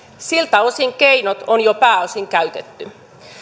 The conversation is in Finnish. siltä osin keinot on pääosin jo käytetty